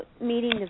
meeting